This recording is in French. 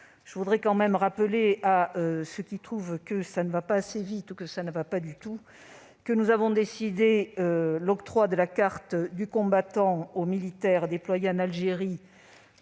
depuis 2017. Je rappelle à ceux qui trouvent que cela ne va pas assez vite, voire ne va pas du tout, que nous avons décidé l'octroi de la carte du combattant aux militaires déployés en Algérie